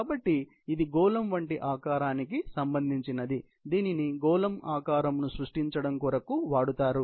కాబట్టి ఇది గోళం వంటి ఆకారానికి సంబంధించినది దీనిని గోళం ఆకారం ను సృష్టించడం కొరకు వాడతారు